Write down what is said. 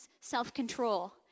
self-control